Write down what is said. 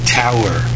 tower